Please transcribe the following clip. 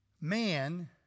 man